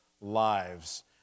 lives